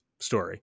story